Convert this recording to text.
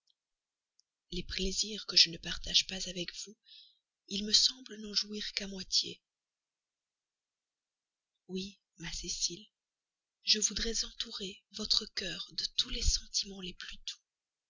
les plaisirs que je ne partage pas avec vous il me semble n'en jouir qu'à moitié oui ma cécile je voudrais entourer votre cœur de tous les sentiments les plus